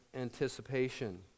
anticipation